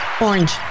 Orange